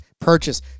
purchase